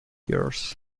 years